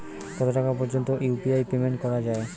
কত টাকা পর্যন্ত ইউ.পি.আই পেমেন্ট করা যায়?